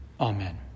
amen